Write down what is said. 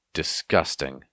disgusting